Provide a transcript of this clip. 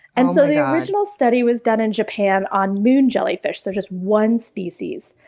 and so the original study was done in japan on moon jellyfish, so just one species,